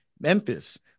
Memphis